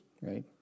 Right